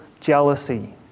jealousy